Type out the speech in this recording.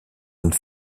une